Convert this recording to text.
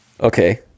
okay